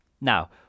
now